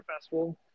festival